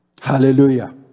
Hallelujah